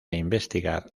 investigar